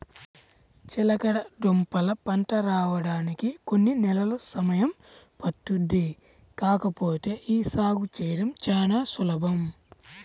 చిలకడదుంపల పంట రాడానికి కొన్ని నెలలు సమయం పట్టుద్ది కాకపోతే యీ సాగు చేయడం చానా సులభం